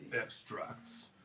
extracts